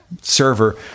server